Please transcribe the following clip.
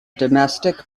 domestic